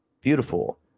Beautiful